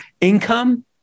Income